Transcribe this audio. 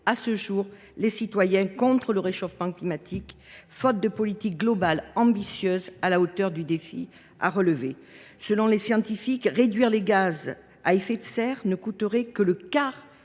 à ce jour, les citoyens contre le réchauffement climatique, faute de politique globale ambitieuse à la hauteur du défi à relever. Selon les scientifiques, réduire les gaz à effet de serre ne coûterait que le quart